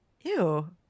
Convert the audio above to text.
Ew